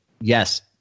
yes